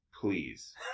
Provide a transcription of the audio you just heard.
Please